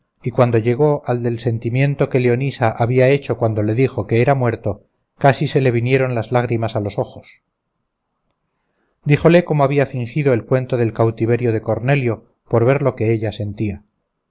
y cuando llegó al del sentimiento que leonisa había hecho cuando le dijo que era muerto casi se le vinieron las lágrimas a los ojos díjole cómo había fingido el cuento del cautiverio de cornelio por ver lo que ella sentía